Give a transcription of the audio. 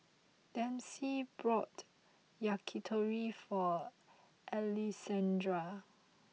Dempsey brought Yakitori for Alessandra